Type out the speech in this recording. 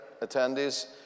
attendees